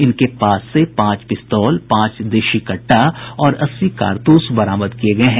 इनके पास से पांच पिस्तौल पांच देशी कट्टा और अस्सी कारतूस बरामद किये गये हैं